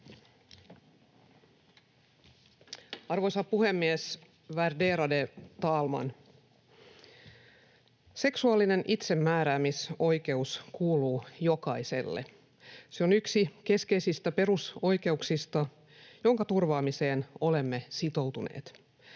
Arvoisa puhemies, värderade talman! Seksuaalinen itsemääräämisoikeus kuuluu jokaiselle. Se on yksi keskeisistä perusoikeuksista, jonka turvaamiseen olemme sitoutuneet.